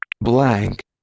Blank